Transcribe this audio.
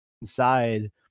inside